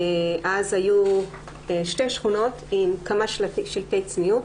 אז היו שתי שכונות עם כמה שלטי צניעות.